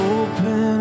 open